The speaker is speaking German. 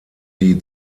die